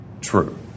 true